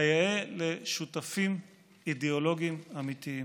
כיאה לשותפים אידיאולוגיים אמיתיים.